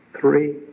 three